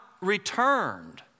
returned